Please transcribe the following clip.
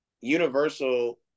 Universal